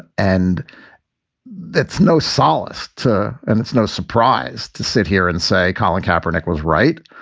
and that's no solace to and it's no surprise to sit here and say colin kaepernick was right.